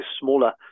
smaller